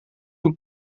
een